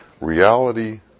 Reality